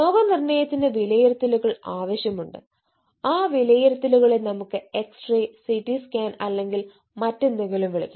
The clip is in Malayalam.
രോഗനിർണയത്തിന് വിലയിരുത്തലുകൾ ആവശ്യമുണ്ട് ആ വിലയിരുത്തലുകളെ നമുക്ക് എക്സ് റേ സിടി സ്കാൻ അല്ലെങ്കിൽ മറ്റെന്തെങ്കിലും വിളിക്കാം